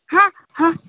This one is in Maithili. हँ हँ